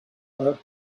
her